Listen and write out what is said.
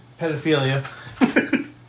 pedophilia